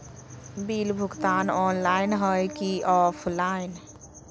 Bill भुगतान online है की ऑफलाइन?